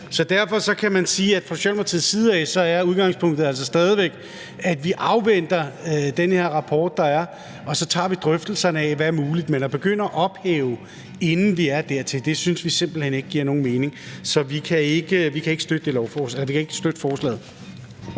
Derfor: Fra Socialdemokratiets side af er udgangspunktet altså stadig væk, at vi afventer den her rapport, der kommer, og så tager vi drøftelserne af, hvad der er muligt. Men at begynde at ophæve, inden vi er nået dertil, synes vi simpelt hen ikke giver nogen mening, så vi kan ikke støtte forslaget.